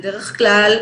בדרך כלל,